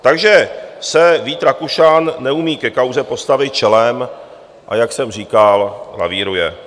Takže se Vít Rakušan neumí ke kauze postavit čelem, a jak jsem říkal, lavíruje.